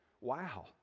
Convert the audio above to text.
Wow